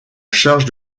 charge